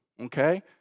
okay